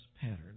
pattern